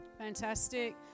Fantastic